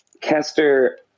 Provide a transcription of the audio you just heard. Kester